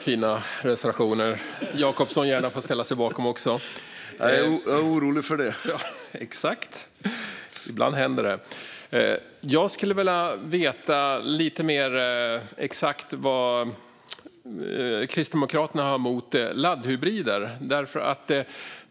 Fru talman! Jag skulle vilja veta lite mer exakt vad Kristdemokraterna har emot laddhybrider.